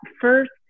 first